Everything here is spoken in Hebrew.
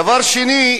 דבר שני,